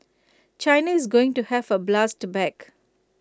China is going to have to blast back